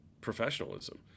professionalism